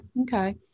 Okay